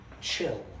chill